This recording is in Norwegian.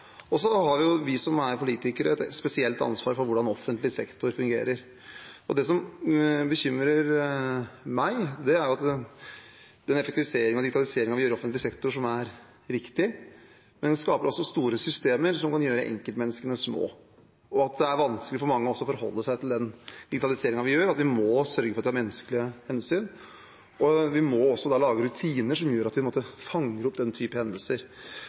Så har vi som er politikere, et spesielt ansvar for hvordan offentlig sektor fungerer. Det som bekymrer meg, er at effektiviseringen og digitaliseringen av offentlig sektor, som er riktig, også skaper store systemer som kan gjøre enkeltmenneskene små. Det er vanskelig for mange å forholde seg til digitaliseringen. Vi må sørge for å ta menneskelige hensyn, og vi må lage rutiner som gjør at vi fanger opp den typen hendelser.